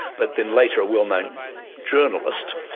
but then later a well-known journalist,